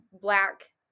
black